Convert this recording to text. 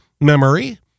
memory